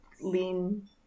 lean